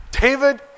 David